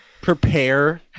prepare